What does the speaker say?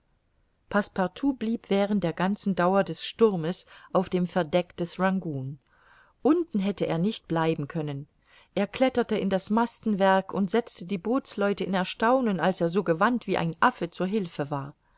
blieb während der ganzen dauer des sturmes auf dem verdeck des rangoon unten hätte er nicht bleiben können er kletterte in das mastenwerk und setzte die bootsleute in erstaunen als er so gewandt wie ein affe zur hilfe war